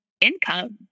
income